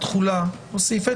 (תקופה מרבית